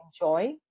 enjoy